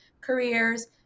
careers